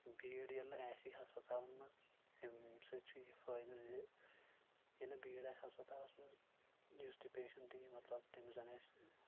بیٖڑ ییٚلہِ نہٕ آسی ہسپتالن منٛز امہِ سۭتۍ چھُ یہِ فٲیدٕ زِ ییٚلہِ نہٕ بیٖڑ آسہِ ہسپتالس منٛز یُس تہِ پیشنٹ ییہِ مطلب تٔمِس زن آسہِ